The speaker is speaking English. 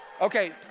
Okay